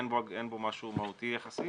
אין בו משהו מהותי יחסית.